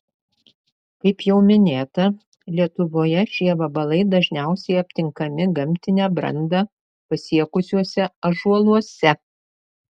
kaip jau minėta lietuvoje šie vabalai dažniausiai aptinkami gamtinę brandą pasiekusiuose ąžuoluose